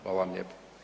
Hvala vam lijepo.